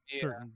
certain